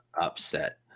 upset